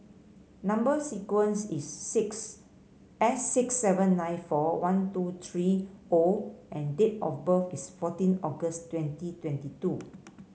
number sequence is six S six seven nine four one two three O and date of birth is fourteen August twenty twenty two